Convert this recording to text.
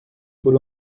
por